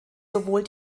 sowohl